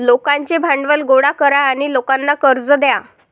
लोकांचे भांडवल गोळा करा आणि लोकांना कर्ज द्या